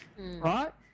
right